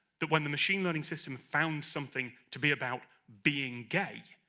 that when the machine learning system found something to be about being gay,